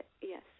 yes